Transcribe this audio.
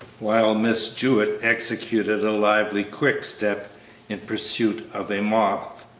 while miss jewett executed a lively quick-step in pursuit of a moth,